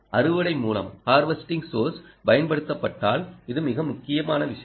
அறுவடை மூலம் பயன்படுத்தப்பட்டால் இது மிக முக்கியமான விஷயம்